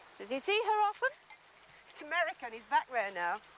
does he see her often? he's american. he's back there now.